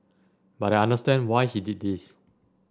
but I understand why he did this